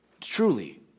Truly